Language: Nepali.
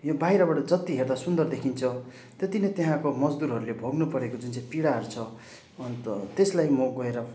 यो बाहिरबाट जति हेर्दा सुन्दर देखिन्छ त्यति नै त्यहाँको मजदुरहरूले भोग्नु परेको जुन चाहिँ पीडाहरू छ अन्त त्यसलाई म गएर